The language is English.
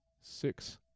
six